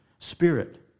Spirit